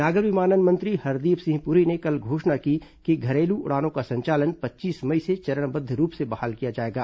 नागर विमानन मंत्री हरदीप सिंह पुरी ने कल घोषणा की कि घरेलू उड़ानों का संचालन पच्चीस मई से चरणबद्ध रूप से बहाल किया जाएगा